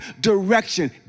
direction